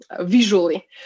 visually